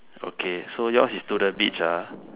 okay so yours is to the beach ah